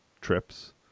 trips